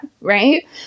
right